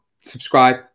Subscribe